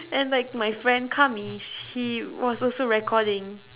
and like to my friend khamis he was also recording